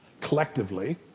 collectively